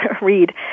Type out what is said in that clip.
read